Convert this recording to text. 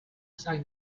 sai